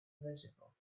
visible